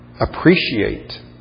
appreciate